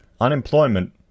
Unemployment